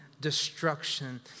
destruction